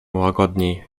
łagodniej